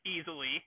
easily